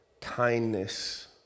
kindness